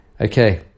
okay